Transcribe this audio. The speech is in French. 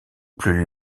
plus